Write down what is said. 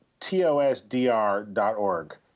TOSDR.org